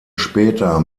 später